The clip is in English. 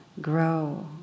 grow